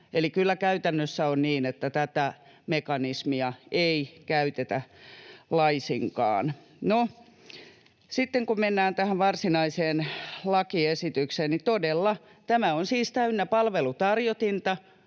käytännössä on niin, että tätä mekanismia ei käytetä laisinkaan. No, sitten kun mennään tähän varsinaiseen lakiesitykseen, niin tämä on siis todella täynnä palvelutarjotinta,